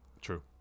True